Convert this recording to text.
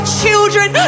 children